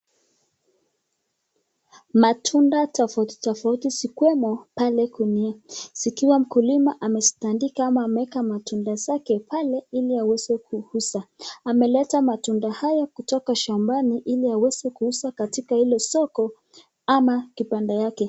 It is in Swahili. Matunda tofauti tofauti zikiwemo pale kwenye zikiwa mkulima amezitandika ama ameweka matunda zake pale ili aweze kuuza, ameleta matunda haya kutoka shambani ili aweze kuuza katika hilo soko ama kibanda yake.